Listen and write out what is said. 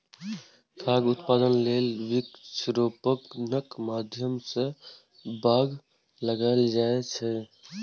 खाद्य उत्पादन लेल वृक्षारोपणक माध्यम सं बाग लगाएल जाए छै